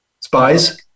spies